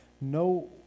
No